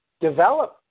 develop